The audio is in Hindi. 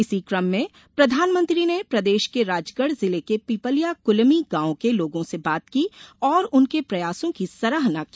इसी कम में प्रधानमंत्री ने प्रदेश के राजगढ़ जिले के पिपलिया कलमी गांव के लोगों से बात की और उनके प्रयासों की सराहना की